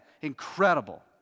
Incredible